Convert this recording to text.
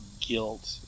guilt